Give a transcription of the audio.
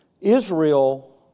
Israel